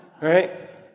Right